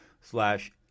slash